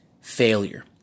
failure